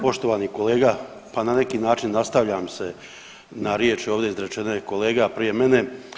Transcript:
Poštovani kolega, pa na neki način nastavljam se na riječi ovdje izrečene kolegi a prije mene.